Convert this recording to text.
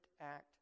act